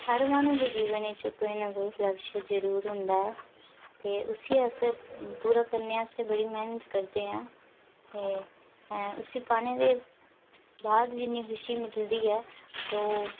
हर माह्नू दे जीवन च कोई न कोई लक्ष्य जरूर होंदा ऐ ते उसी अस पूरा करने आस्ते अस बड्डी मेहनत करने आं ते उसी पाने दे बाद जिन्नी खुशी मिलदी ऐ तो